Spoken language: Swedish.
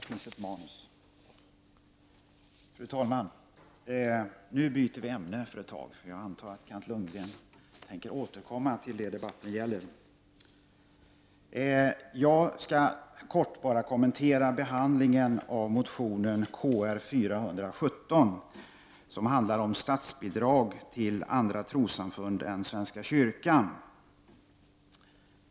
Fru talman! Nu byter vi ämne för en stund. Jag antar nämligen att Kent Lundgren tänker återkomma till det som debatten gäller. Jag skall kortfattat bara kommentera behandlingen av motionen Kr417, som handlar om statsbidrag till andra trossamfund än svenska kyrkan.